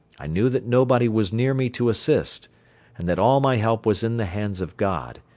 i knew that nobody was near me to assist and that all my help was in the hands of god,